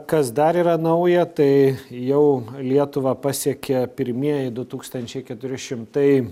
kas dar yra nauja tai jau lietuvą pasiekė pirmieji du tūkstančiai keturi šimtai